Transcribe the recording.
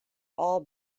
all